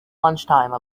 lunchtime